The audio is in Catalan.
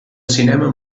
cinema